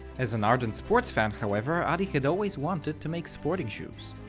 as an ardent sports fan, however, adi had always wanted to make sporting shoes.